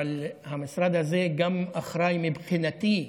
אבל המשרד הזה גם אחראי מבחינתי,